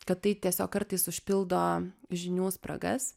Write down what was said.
kad tai tiesiog kartais užpildo žinių spragas